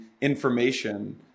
information